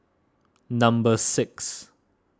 number six